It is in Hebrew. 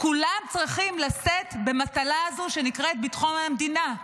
כולם צריכים לשאת במטלה הזאת שנקראת "ביטחון המדינה".